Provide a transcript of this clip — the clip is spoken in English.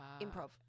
improv